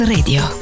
Radio